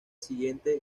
siguiente